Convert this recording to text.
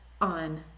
on